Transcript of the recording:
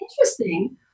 interesting